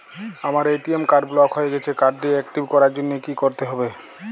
আমার ATM card block হয়ে গেছে কার্ড টি একটিভ করার জন্যে কি করতে হবে?